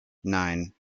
nine